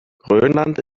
grönland